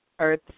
Earth